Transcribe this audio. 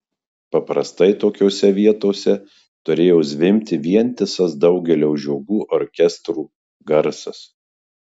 paprastai tokiose vietose turėjo zvimbti vientisas daugelio žiogų orkestro garsas